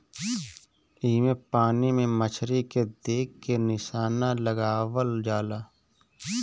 एमे पानी में मछरी के देख के निशाना लगावल जाला